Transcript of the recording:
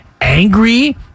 angry